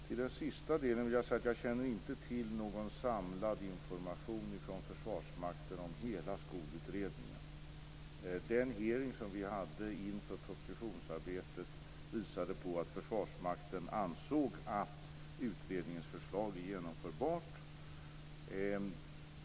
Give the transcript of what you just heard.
Herr talman! Med anledning av den sista delen av anförandet vill jag säga att jag inte känner till någon samlad information från Försvarsmakten om hela skolutredningen. Den hearing som vi hade inför propositionsarbetet visade på att Försvarsmakten ansåg att utredningens förslag är genomförbart.